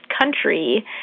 country